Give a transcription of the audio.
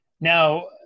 Now